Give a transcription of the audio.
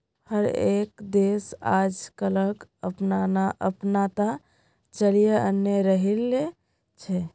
हर एक देश आजकलक अपनाता चलयें जन्य रहिल छे